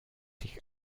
sich